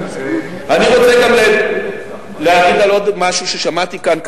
אני רוצה גם לענות על עוד משהו ששמעתי כאן,